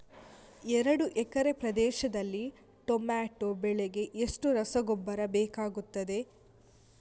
ಎರಡು ಎಕರೆ ಪ್ರದೇಶದಲ್ಲಿ ಟೊಮ್ಯಾಟೊ ಬೆಳೆಗೆ ಎಷ್ಟು ರಸಗೊಬ್ಬರ ಬೇಕಾಗುತ್ತದೆ?